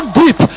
deep